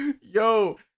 Yo